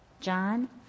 John